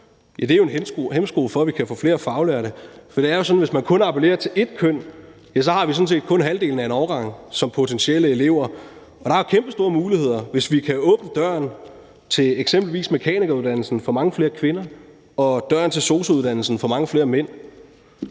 en hæmsko for, at vi kan få flere faglærte. For det er sådan, at hvis man kun appellerer til ét køn, har vi sådan set kun halvdelen af en årgang som potentielle elever, og der er kæmpestore muligheder, hvis vi kan åbne døren til eksempelvis mekanikeruddannelsen for mange flere kvinder og døren til sosu-uddannelsen for mange flere mænd.